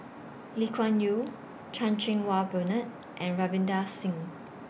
Lee Kuan Yew Chan Cheng Wah Bernard and Ravinder Singh